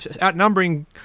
outnumbering